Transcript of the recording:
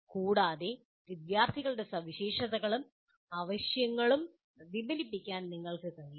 കൂടാതെ വിദ്യാർത്ഥികളുടെ സവിശേഷതകളും ആവശ്യങ്ങളും പ്രതിഫലിപ്പിക്കാൻ നിങ്ങൾക്ക് കഴിയണം